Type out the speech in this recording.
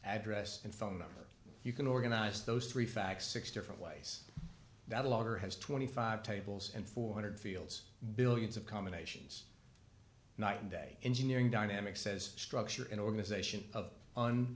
address and phone number you can organize those three facts six different ways that a lawyer has twenty five dollars tables and four hundred dollars fields billions of combinations night and day engineering dynamics says structure and organization of on